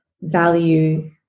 value